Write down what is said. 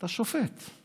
אתה שופט,